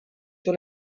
sur